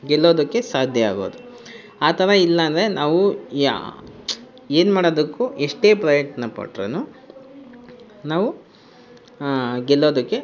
ಗೆಲ್ಲೋದಕ್ಕೆ ಸಾಧ್ಯ ಆಗೋದು ಅಥವಾ ಇಲ್ಲಾಂದರೆ ನಾವು ಯಾ ಏನು ಮಾಡೋದಕ್ಕೂ ಎಷ್ಟೇ ಪ್ರಯತ್ನ ಪಟ್ಟರೂ ನಾವು ಗೆಲ್ಲೋದಕ್ಕೆ